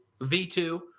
V2